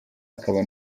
akaba